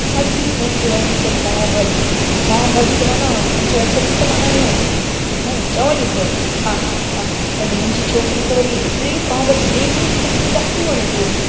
ॾाढी मस्तु वणंदी अथनि पाव भाॼी पाव भाॼी त माना मुंहिंजे हथ जी त माना इअं माना चवणी पिए हा हा हा अने मुंहिंजी छोकिरी त वरी एतिरी पाव भाॼी ॿिए ॾींहं जी रखियल ॾाढी वणेसि वरी